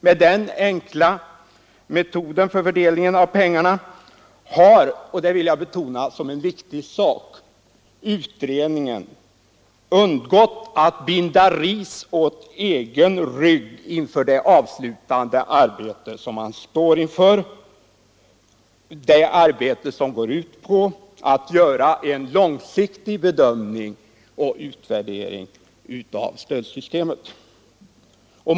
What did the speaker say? Med den enkla metoden för fördelningen av pengarna har — det vill jag betona som en viktig sak — utredningen undgått att binda ris åt egen rygg inför det avslutande arbete som man står inför och som går ut på att göra en långsiktig bedömning och utvärdering av stödsystemet.